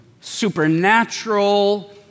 supernatural